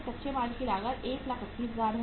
कच्चे माल की लागत 180000 है